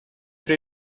при